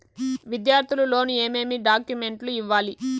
విద్యార్థులు లోను ఏమేమి డాక్యుమెంట్లు ఇవ్వాలి?